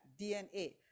DNA